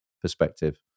perspective